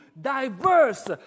diverse